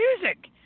music